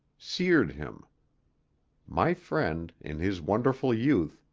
seared him my friend, in his wonderful youth,